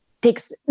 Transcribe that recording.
takes